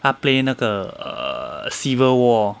他 play 那个 err civil war